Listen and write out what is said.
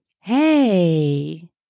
Hey